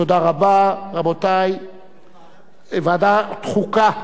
לדיון מוקדם בוועדת החוקה,